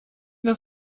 das